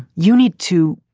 you need to.